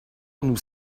nous